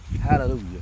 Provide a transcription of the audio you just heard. Hallelujah